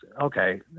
okay